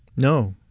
no.